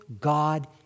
God